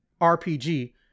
RPG